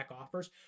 offers